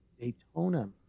Daytona